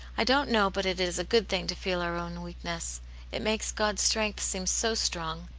i don't know but it is a good thing to feel our own weakness it makes god's strength seem so strong.